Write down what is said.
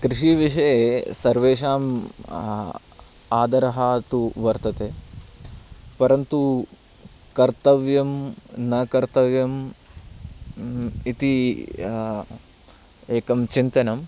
कृषिविषये सर्वेषां आदरः तु वर्तते परन्तु कर्तव्यं न कर्तव्यम् इति एकं चिन्तनं